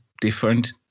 different